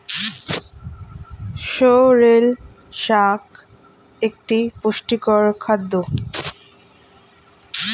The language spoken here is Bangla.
সোরেল শাক একটি পুষ্টিকর খাদ্য